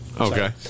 Okay